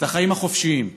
את החיים החופשיים.